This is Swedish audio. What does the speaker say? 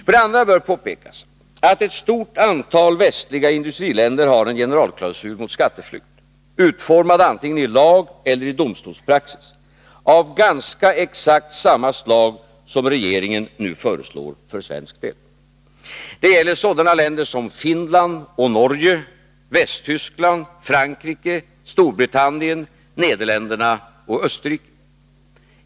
För det andra bör påpekas att ett stort antal västliga industriländer har en generalklausul mot skatteflykt — utformad antingen i lag eller i domstolspraxis — av ganska exakt samma slag som regeringen nu föreslår för svensk del. Det gäller sådana länder som Finland och Norge, Västtyskland, Frankrike, Storbritannien, Nederländerna och Österrike.